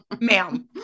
ma'am